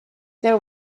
there